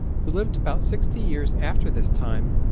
who lived about sixty years after this time,